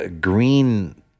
green